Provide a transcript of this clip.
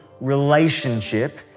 relationship